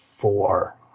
four